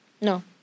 No